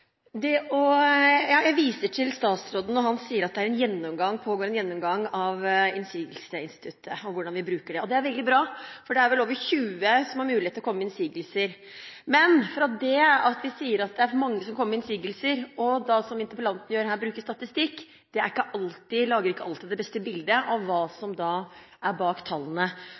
Jeg viser til statsråden som sier at det pågår en gjennomgang av innsigelsesinstituttet og hvordan vi bruker det. Det er veldig bra, for det er vel over 20 instanser som har mulighet til å komme med innsigelser. Men fra det å si at det er mange som kommer med innsigelser til det å bruke statistikk, som interpellanten gjør her – det lager ikke alltid det beste bildet av hva som er bak tallene.